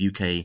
UK